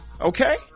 Okay